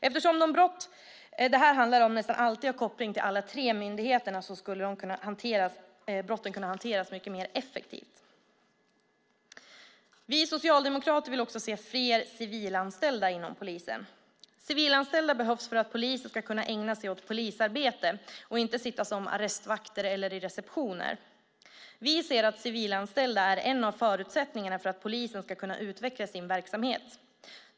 Eftersom de brott detta handlar om nästan alltid har koppling till alla tre myndigheterna skulle de kunna hanteras mycket mer effektivt. Vi socialdemokrater vill också se fler civilanställda inom polisen. Civilanställda behövs för att poliser ska kunna ägna sig åt polisarbete och inte sitta som arrestvakter eller i receptioner. Vi ser att civilanställda är en av förutsättningarna för att polisen ska kunna utveckla sin verksamhet.